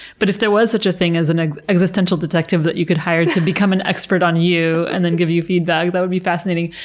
but if there was such a thing as an ah existential detective that you could hire to become an expert on you, and then give you feedback, that would be fascinating.